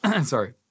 Sorry